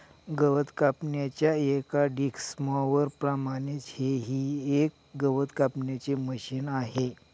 गवत कापण्याच्या एका डिक्स मॉवर प्रमाणेच हे ही एक गवत कापण्याचे मशिन आहे